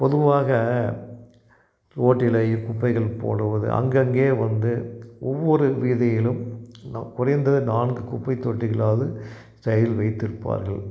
பொதுவாக ரோட்டிலே குப்பைகள் போடுவது அங்கங்கே வந்து ஒவ்வொரு வீதியிலும் நா குறைந்தது நான்கு குப்பை தொட்டிகளாவது சைடில் வைத்திருப்பார்கள்